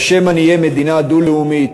או שמא נהיה מדינה דו-לאומית,